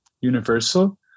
Universal